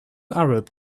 arab